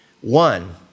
One